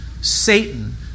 Satan